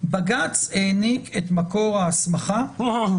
תוך שנה בג"ץ העניק את מקור ההסמכה -- או-הו.